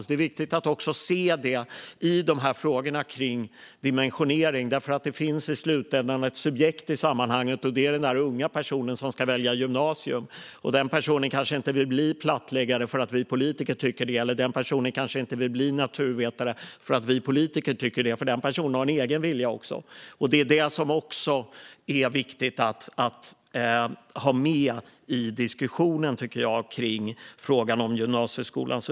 Det är viktigt att se detta i frågorna om dimensionering. I slutändan finns ett subjekt i sammanhanget, nämligen den unga personen som ska välja gymnasium. Den personen kanske inte vill bli plattläggare därför att vi politiker tycker det, eller den personen kanske inte vill bli naturvetare därför att vi politiker tycker det. Den personen har en egen vilja, och det är viktigt att ha med i diskussionen om utformningen av gymnasieskolan.